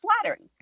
flattering